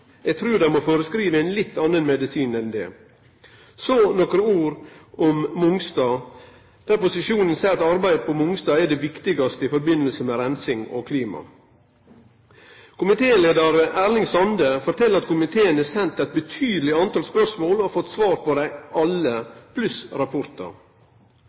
Eg trur dei må føreskrive ein litt annan medisin enn det. Så nokre ord om Mongstad. Posisjonen seier at arbeidet på Mongstad er det viktigaste i samband med reinsing og klima. Komitéleiar Erling Sande fortel at komiteen har sendt eit betydeleg tal med spørsmål og fått svar på dei